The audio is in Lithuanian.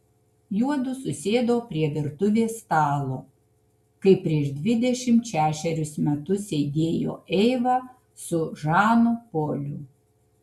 juodu susėdo prie virtuvės stalo kaip prieš dvidešimt šešerius metus sėdėjo eiva su žanu poliu